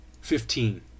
Fifteen